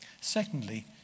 Secondly